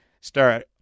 start